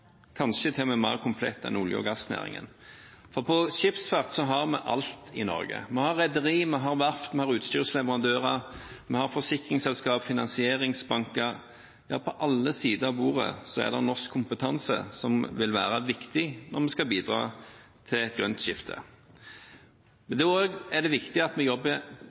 kanskje til og med mer komplett enn olje- og gassnæringen. For når det gjelder skipsfart, har vi alt i Norge. Vi har rederier, vi har verft, vi har utstyrsleverandører, vi har forsikringsselskap, vi har finansieringsbanker – ja, på alle sider av bordet er det norsk kompetanse som vil være viktig når vi skal bidra til et grønt skifte. Men det er også viktig at vi jobber